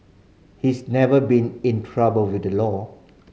he's never been in trouble with the law